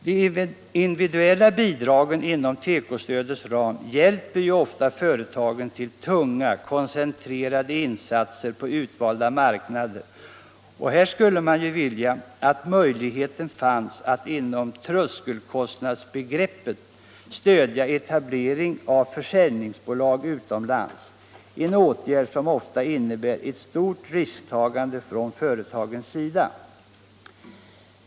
De individuella bidragen inom tekostödets ram hjälper ofta företagen till tunga, koncentrerade insatser på utvalda marknader. Här skulle man vilja att möjlighet fanns att inom tröskelkostnadsbegreppet stödja etablering av försäljningsbolag utomlands, en åtgärd som ofta innebär ett stort risktagande från företagens sida.